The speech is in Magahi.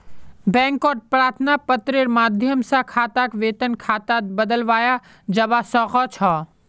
बैंकत प्रार्थना पत्रेर माध्यम स खाताक वेतन खातात बदलवाया जबा स ख छ